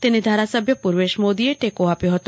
તેને ધારાસભ્ય પૂર્વેશ મોદીએ ટેકો આપ્યો હતો